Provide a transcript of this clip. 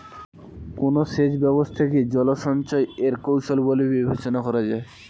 কোন সেচ ব্যবস্থা কে জল সঞ্চয় এর কৌশল বলে বিবেচনা করা হয়?